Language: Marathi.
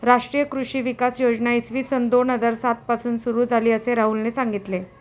राष्ट्रीय कृषी विकास योजना इसवी सन दोन हजार सात पासून सुरू झाली, असे राहुलने सांगितले